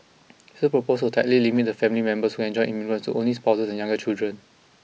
he also proposed to tightly limit the family members who can join immigrants to only spouses and younger children